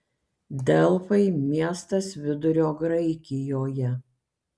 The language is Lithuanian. delfai miestas vidurio graikijoje